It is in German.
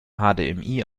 hdmi